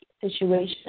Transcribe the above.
situation